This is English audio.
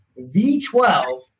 V12